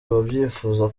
ababyifuza